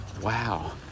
wow